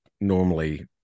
normally